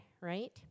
right